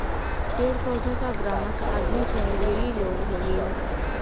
पेड़ पउधा क ग्राहक आदमी चाहे बिवी लोग होलीन